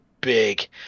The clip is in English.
big